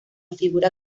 figura